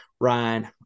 Ryan